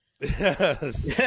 Yes